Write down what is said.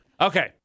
okay